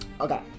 Okay